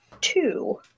two